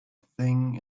thing